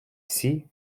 всі